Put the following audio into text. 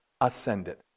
ascended